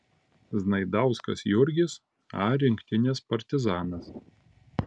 znaidauskas jurgis a rinktinės partizanas